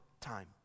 time